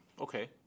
okay